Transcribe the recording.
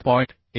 1